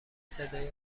صدایی